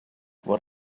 what